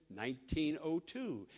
1902